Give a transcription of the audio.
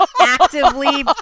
actively